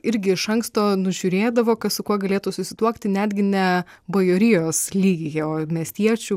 irgi iš anksto nužiūrėdavo kas su kuo galėtų susituokti netgi ne bajorijos lygyje o miestiečių